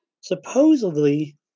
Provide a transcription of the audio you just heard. supposedly